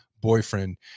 boyfriend